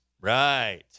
Right